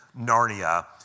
Narnia